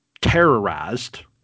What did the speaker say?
terrorized